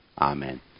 Amen